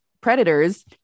predators